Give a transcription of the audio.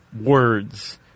words